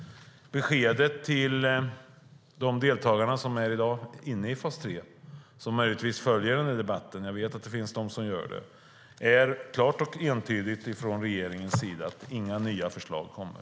Beskedet till de deltagare som i dag är inne i fas 3 som möjligtvis följer debatten - jag vet att det finns de som gör det - är klart och entydigt från regeringens sida: Inga nya förslag kommer.